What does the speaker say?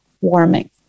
warming